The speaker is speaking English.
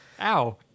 Ow